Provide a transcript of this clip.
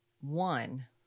One